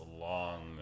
long